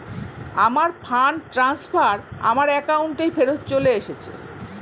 আমার fund transfer আমার অ্যাকাউন্টেই ফেরত চলে এসেছে